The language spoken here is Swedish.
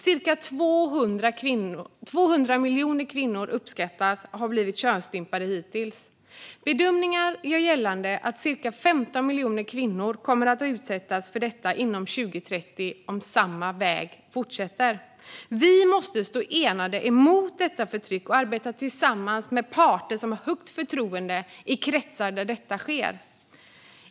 Cirka 200 miljoner kvinnor uppskattas hittills ha blivit könsstympade. Bedömningar gör gällande att ytterligare ca 15 miljoner kvinnor kommer att utsättas för detta före 2030 om samma väg fortsätter. Vi måste stå enade mot detta förtryck och arbeta tillsammans med parter som har stort förtroende i kretsar där detta sker.